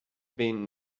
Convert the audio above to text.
been